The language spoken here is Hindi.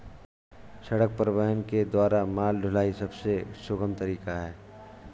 सड़क परिवहन के द्वारा माल ढुलाई सबसे सुगम तरीका है